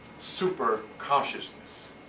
super-consciousness